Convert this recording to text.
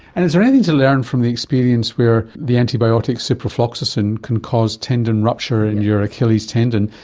and is there anything to learn from the experience where the antibiotic so ciprofloxacin can cause tendon rupture in your achilles tendon,